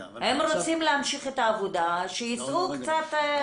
הם רוצים להמשיך את העבודה, אז שיישאו קצת בנטל.